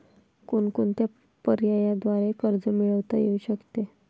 कोणकोणत्या पर्यायांद्वारे कर्ज मिळविता येऊ शकते?